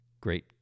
Great